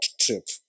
trip